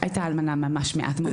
הייתה אלמנה ממש מאוד זמן.